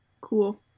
Cool